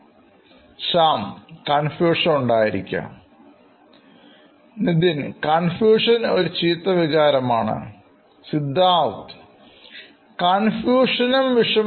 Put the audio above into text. Shyam Confusion ഉണ്ടായിരിക്കാം Nithin ആശയക്കുഴപ്പം മോശമാണ് Siddharth കൺഫ്യൂഷനും വിഷമവും